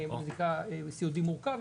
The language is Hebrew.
סיעודי מורכב,